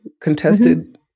contested